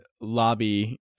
lobby